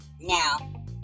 now